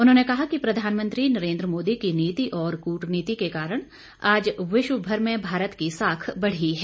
उन्होंने कहा कि प्रधानमंत्री नरेंद्र मोदी की नीति और कृटनीति के कारण आज विश्व भर में भारत की साख बढ़ी है